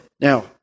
Now